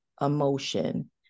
emotion